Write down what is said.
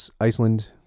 Iceland